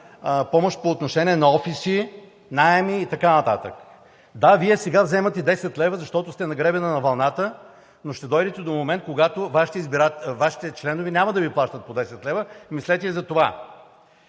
помощ по отношение на офиси, наеми и така нататък. Да, Вие сега вземате 10 лв., защото сте на гребена на вълната, но ще дойдете до момент, когато Вашите членове няма да Ви плащат по 10 лв., мислете и за това.